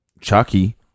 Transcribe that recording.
Chucky